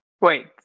Wait